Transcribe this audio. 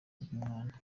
bw’umwana